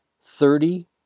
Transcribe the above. thirty